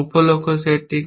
উপ লক্ষ্য সেট কি